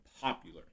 popular